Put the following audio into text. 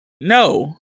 No